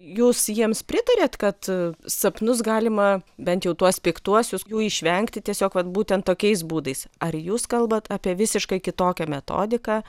jūs jiems pritariat kad sapnus galima bent jau tuos piktuosius jų išvengti tiesiog vat būtent tokiais būdais ar jūs kalbat apie visiškai kitokią metodiką